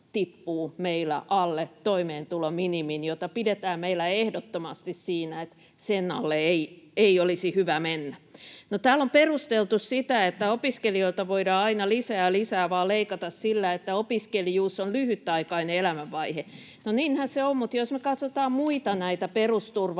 tippuu meillä alle toimeentulominimin, jota pidetään meillä ehdottomasti sellaisena, että sen alle ei olisi hyvä mennä. Sitä, että opiskelijoilta voidaan leikata aina vaan lisää ja lisää, on perusteltu täällä sillä, että opiskelijuus on lyhytaikainen elämänvaihe. No niinhän se on, mutta jos me katsotaan muita perusturvaetuuksia,